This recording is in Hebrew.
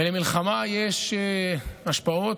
ולמלחמה יש השפעות: